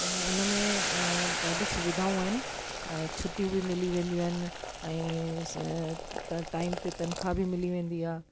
हुनमें ॾाढी सुविधाऊं आहिनि छुट्टियूं बि मिली वेंदियूं आहिनि ऐं त टाइम ते तनख़्वाह बि मिली वेंदी आ्हे